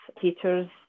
teachers